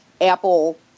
Apple